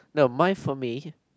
no mine for me